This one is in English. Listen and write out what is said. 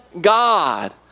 God